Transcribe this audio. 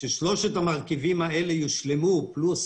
כאשר שלושת המרכיבים האלה יושלמו פלוס